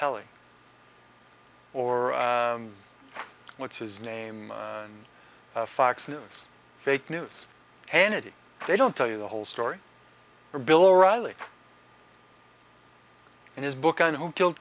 pelley or what's his name fox news fake news hannity they don't tell you the whole story or bill o'reilly and his book on who killed